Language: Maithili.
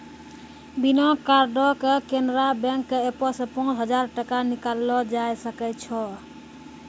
बिना कार्डो के केनरा बैंक के एपो से पांच हजार टका निकाललो जाय सकै छै